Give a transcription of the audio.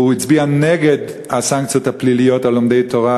והוא הצביע נגד הסנקציות הפליליות על לומדי תורה,